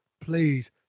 please